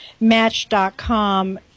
Match.com